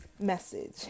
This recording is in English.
message